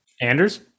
Anders